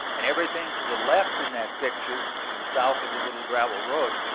and everything to the left in that picture to the south of the little gravel road,